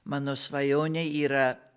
mano svajonė yra